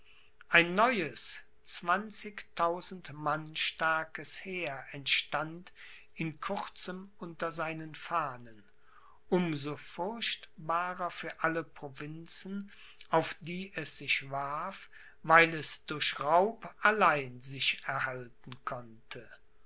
ein neues zwanzigtausend mann starkes heer entstand in kurzem unter seinen fahnen um so furchtbarer für alle provinzen auf die es sich warf weil es durch raub allein sich erhalten konnte